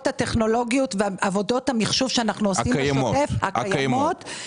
הטכנולוגיות ועבודות המחשוב השוטף הקיימות.